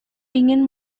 ingin